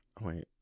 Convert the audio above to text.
Wait